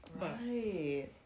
Right